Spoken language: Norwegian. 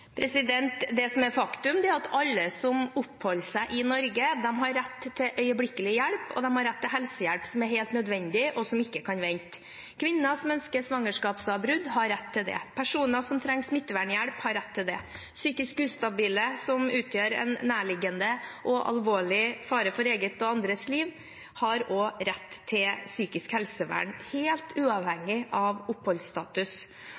Det som er faktum, er at alle som oppholder seg i Norge, har rett til øyeblikkelig hjelp, og de har rett til helsehjelp som er helt nødvendig, og som ikke kan vente. Kvinner som ønsker svangerskapsavbrudd, har rett til det. Personer som trenger smittevernhjelp, har rett til det. Psykisk ustabile som utgjør en nærliggende og alvorlig fare for eget og andres liv, har også rett til psykisk helsevern – helt